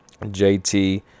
JT